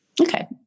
Okay